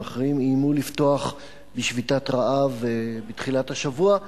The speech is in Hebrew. אחרים איימו לפתוח בשביתת רעב בתחילת השבוע,